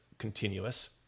continuous